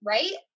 Right